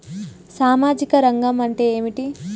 సామాజిక రంగం అంటే ఏమిటి?